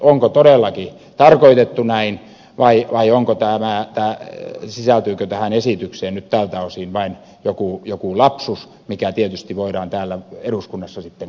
onko todellakin tarkoitettu näin vai sisältyykö tähän esitykseen nyt tältä osin vain joku lapsus mikä tietysti voidaan täällä eduskunnassa sitten korjata